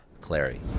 Clary